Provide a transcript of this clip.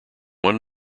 one